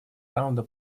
раунда